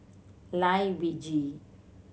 Lai Weijie